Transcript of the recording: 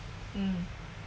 mm